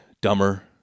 dumber